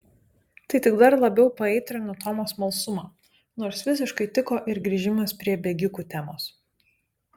tai tik dar labiau paaitrino tomo smalsumą nors visiškai tiko ir grįžimas prie bėgikų temos